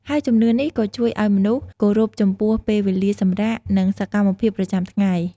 ហើយជំនឿនេះក៏ជួយឲ្យមនុស្សគោរពចំពោះពេលវេលាសម្រាក និងសកម្មភាពប្រចាំថ្ងៃ។